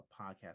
podcast